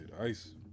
Ice